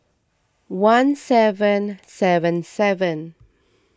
one seven seven seven